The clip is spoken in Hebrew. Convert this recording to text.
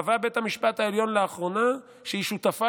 קבע בית המשפט העליון לאחרונה שהיא שותפה